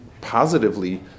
positively